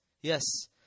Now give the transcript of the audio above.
Yes